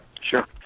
sure